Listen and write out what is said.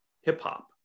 hip-hop